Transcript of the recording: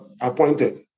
appointed